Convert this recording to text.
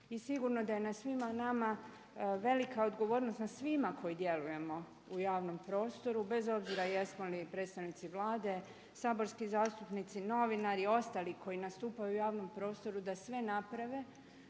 i sigurno da je na svima nama velika odgovornost na svima koji djelujemo u javnom prostoru bez obzira jesmo li predstavnici Vlade, saborski zastupnici, novinari i ostali koji nastupaju u javnom prostoru da sve naprave